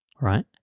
right